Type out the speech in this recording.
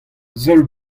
seul